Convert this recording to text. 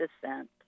descent